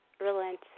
relent